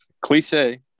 Cliche